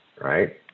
right